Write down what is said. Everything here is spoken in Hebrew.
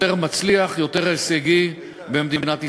יותר מצליח, יותר הישגי במדינת ישראל.